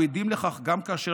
אנו עדים לכך גם כאשר,